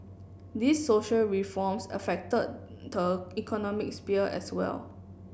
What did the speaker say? these social reforms affected the economic sphere as well